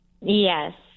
Yes